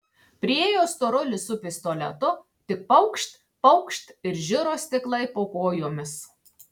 priėjo storulis su pistoletu tik paukšt paukšt ir žiro stiklai po kojomis